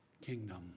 kingdom